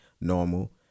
normal